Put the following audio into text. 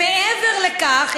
מעבר לכך,